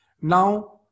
now